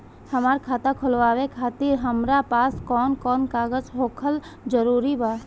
हमार खाता खोलवावे खातिर हमरा पास कऊन कऊन कागज होखल जरूरी बा?